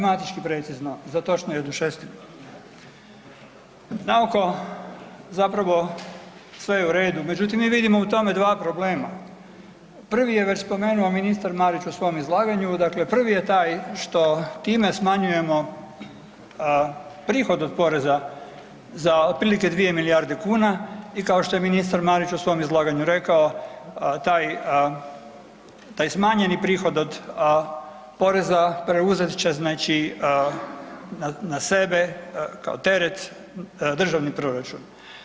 Na oko zapravo sve je u redu, međutim mi vidimo u tome dva problema, prvi je već spomenuo ministar Marić u svom izlaganju, dakle prvi je taj što time smanjujemo prihod od poreza za otprilike dvije milijarde kuna i kao što je ministar Marić u svom izlaganju rekao, taj smanjeni prihod od poreza preuzet će na sebe kao teret državni proračun.